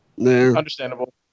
understandable